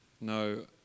No